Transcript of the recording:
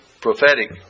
prophetic